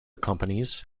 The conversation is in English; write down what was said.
companies